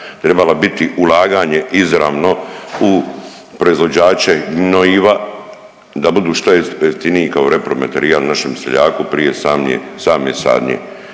trebala biti ulaganje izravno u proizvođače gnojiva da budu što jeftiniji kao repromaterijal našem seljaku prije same sadnje.